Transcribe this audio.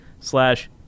slash